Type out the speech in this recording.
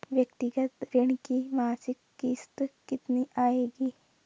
व्यक्तिगत ऋण की मासिक किश्त कितनी आएगी?